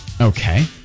Okay